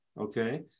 okay